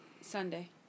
Sunday